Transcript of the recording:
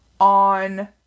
on